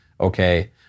Okay